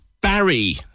Barry